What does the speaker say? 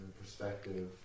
perspective